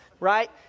right